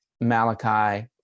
Malachi